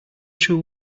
true